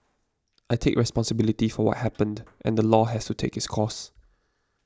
I take responsibility for what happened and the law has to take its course